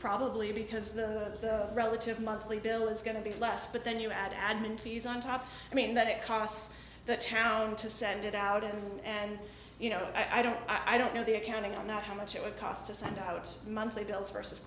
probably because the relative monthly bill is going to be less but then you add admin fees on top i mean that it costs the town to send it out and you know i don't i don't know the accounting on that how much it would cost to send out monthly bills versus